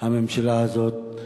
הממשלה הזאת.